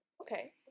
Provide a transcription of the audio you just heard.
Okay